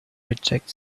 reject